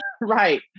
Right